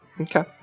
Okay